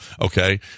Okay